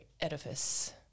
edifice